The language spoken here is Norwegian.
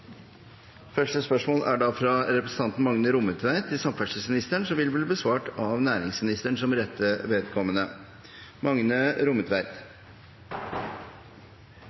fra representanten Magne Rommetveit til samferdselsministeren, vil bli besvart av næringsministeren som rette vedkommende.